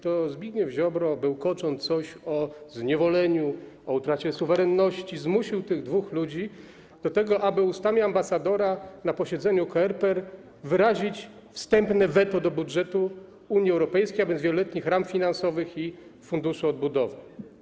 To Zbigniew Ziobro, bełkocząc coś o zniewoleniu, o utracie suwerenności, zmusił tych dwóch ludzi do tego, aby ustami ambasadora na posiedzeniu COREPER wyrazić wstępne weto wobec budżetu Unii Europejskiej, a więc wieloletnich ram finansowych i funduszu odbudowy.